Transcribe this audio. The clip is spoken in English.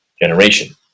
generation